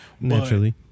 Naturally